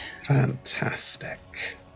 Fantastic